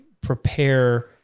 prepare